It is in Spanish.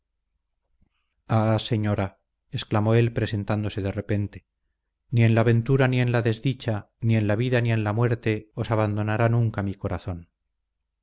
ah señora exclamó él presentándose de repente ni en la ventura ni en la desdicha ni en la vida ni en la muerte os abandonará nunca mi corazón